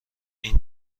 این